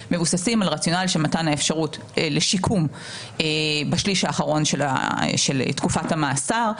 מבוססים על רציונל של מתן האפשרות לשיקום בשליש האחרון של תקופת המאסר.